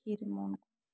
खीर मोन को